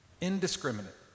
indiscriminate